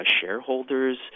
shareholders